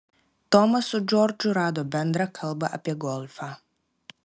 tomas su džordžu rado bendrą kalbą apie golfą